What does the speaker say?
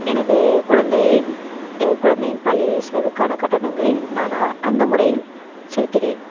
எனது குழந்தையை குழந்தையின் பள்ளி செலவுக்கான கட்டணங்களை நான் அ அந்த முறையில் செலுத்துகிறேன்